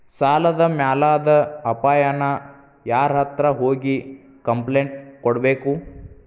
ಸಾಲದ್ ಮ್ಯಾಲಾದ್ ಅಪಾಯಾನ ಯಾರ್ಹತ್ರ ಹೋಗಿ ಕ್ಂಪ್ಲೇನ್ಟ್ ಕೊಡ್ಬೇಕು?